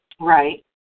Right